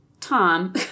Tom